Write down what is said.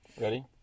Ready